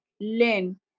learn